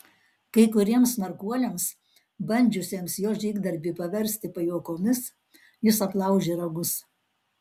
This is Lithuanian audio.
kai kuriems smarkuoliams bandžiusiems jo žygdarbį paversti pajuokomis jis aplaužė ragus